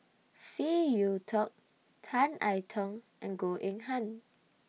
Phey Yew Kok Tan I Tong and Goh Eng Han